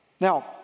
Now